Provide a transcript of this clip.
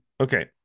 okay